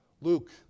Luke